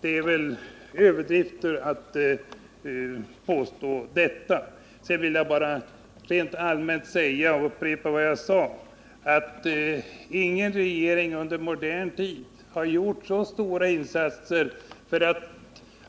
Det är alltså överdrivet att påstå det. Rent allmänt vill jag upprepa vad jag sade i ett tidigare anförande, att ingen tidigare regering på samma sätt som trepartiregeringen har gjort så mycket för att